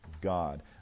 God